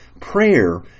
prayer